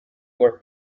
were